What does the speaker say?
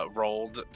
rolled